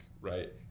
right